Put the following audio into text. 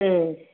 ம்